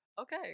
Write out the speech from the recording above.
okay